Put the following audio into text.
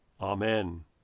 Amen